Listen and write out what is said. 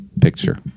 picture